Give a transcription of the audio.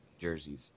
jerseys